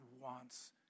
wants